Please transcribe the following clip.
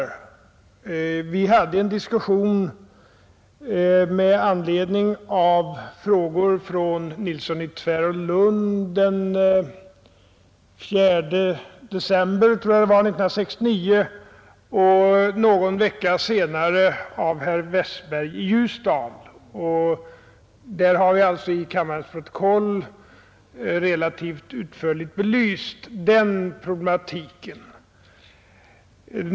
Vi hade den 4 december 1969 en diskussion med anledning av en fråga av herr Nilsson i Tvärålund liksom någon vecka senare med anledning av en fråga av herr Westberg i Ljusdal, och då fick vi alltså i kammarens protokoll den problematiken relativt utförligt belyst.